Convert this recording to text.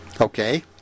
Okay